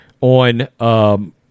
on